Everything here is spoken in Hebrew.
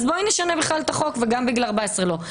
אז בואי נשנה בכלל את החוק וגם בגיל 14 לא.